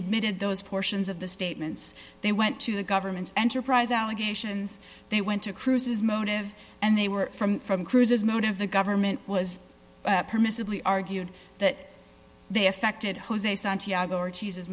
admitted those portions of the statements they went to the government's enterprise allegations they went to cruise's motive and they were from from cruz's motive the government was permissibly argued that they affected jose santiago or teases